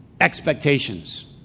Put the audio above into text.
expectations